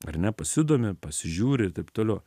ar ne pasidomi pasižiūri ir taip toliau